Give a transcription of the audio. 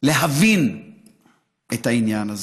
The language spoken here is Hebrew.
להבין את העניין הזה.